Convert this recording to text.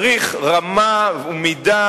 צריך רמה ומידה